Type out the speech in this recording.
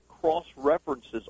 cross-references